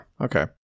okay